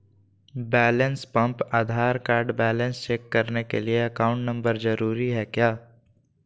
Balance pump Aadhaar card balance check करने के लिए अकाउंट नंबर जरूरी है क्या?